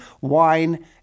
wine